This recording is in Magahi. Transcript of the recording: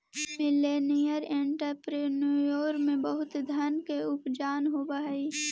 मिलेनियल एंटरप्रेन्योर में बहुत धन के उपार्जन होवऽ हई